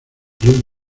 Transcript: club